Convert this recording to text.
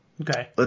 Okay